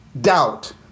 doubt